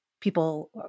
People